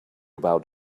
about